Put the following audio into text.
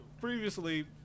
previously